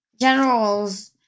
Generals